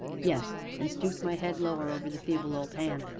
yes, and stooped my head lower over the feeble old hand.